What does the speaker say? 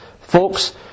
Folks